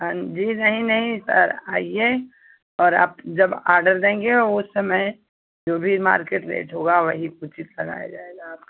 हाँ जी नहीं नहीं सर आइए और आप जब आडर देंगे उस समय जो भी मार्केट रेट होगा वही उचित लगाया जाएगा आपको